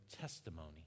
testimony